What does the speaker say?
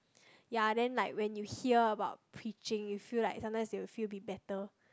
ya then like when you hear about preaching you feel like sometimes you will feel a bit better